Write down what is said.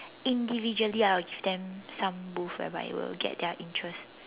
individually I would give them some booth whereby it will get their interest